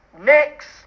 next